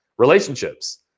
relationships